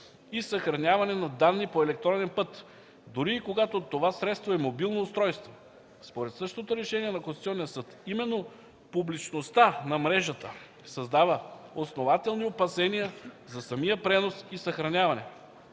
и съхраняване на данни по електронен път, дори и когато това средство е мобилно устройство. Според същото решение на Конституционния съд именно публичността на мрежата създава „основателни опасения за самия пренос и съхраняване”,